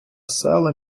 села